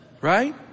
right